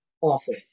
awful